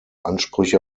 ansprüche